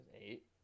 Eight